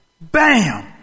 Bam